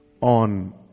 on